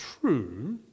true